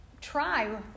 try